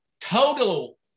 total